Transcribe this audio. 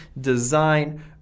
design